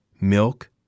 milk